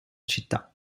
città